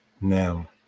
Now